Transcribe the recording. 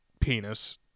penis